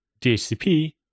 DHCP